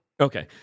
Okay